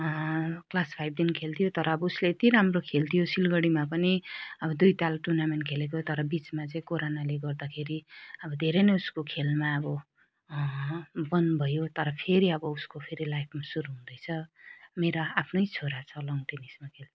class फाइभदेखि खेल्थ्यो तर अब उसले यति राम्रो खेल्थ्यो सिलगढीमा पनि अब दुई ताल टुनामेन्ट खेलेको तर बिचमा चाहिँ कोरोनाले गर्दाखेरि अब धेरै नै उसको खेलमा अब बन्द भयो तर फेरि अब उसको फेरि लाइफमा सुरु हुँदैछ मेरा आफ्नै छोरा छ लनटेनिसमा खेल्ने